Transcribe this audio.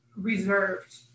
reserved